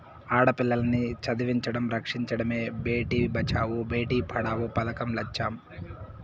ఆడపిల్లల్ని చదివించడం, రక్షించడమే భేటీ బచావో బేటీ పడావో పదకం లచ్చెం